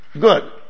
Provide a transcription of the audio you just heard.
Good